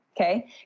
okay